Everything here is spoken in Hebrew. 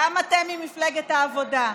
גם אתם ממפלגת העבודה,